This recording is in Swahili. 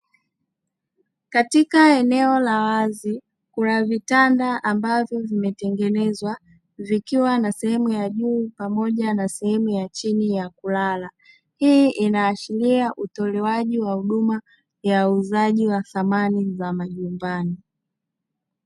Katika eneo la wazi kuna vitanda ambavyo vimetengenezwa vikiwa na sehemu ya juu pamoja na sehemu ya chini ya kulala, hii inaashiria utolewaji wa huduma ya uuzaji wa samani za majumbani.